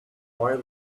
why